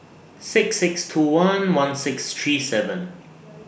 six six two one one six three seven